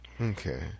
Okay